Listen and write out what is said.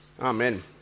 amen